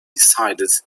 decided